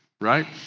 right